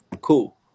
Cool